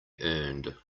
earned